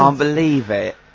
um believe it.